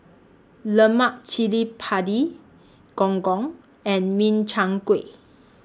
Lemak Cili Padi Gong Gong and Min Chiang Kueh